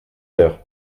heures